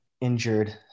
injured